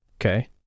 okay